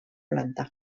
planta